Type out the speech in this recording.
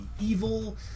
evil